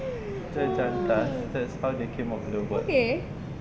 jejantas that's how they came out with the word